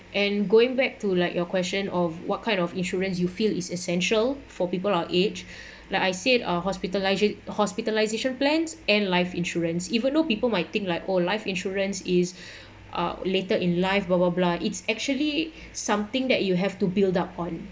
and going back to like your question of what kind of insurance you feel is essential for people our age like I said uh hospitali~ hospitalisation plans and life insurance even though people might think like oh life insurance is ah later in life blah blah blah it's actually something that you have to build up on